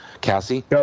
Cassie